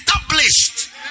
established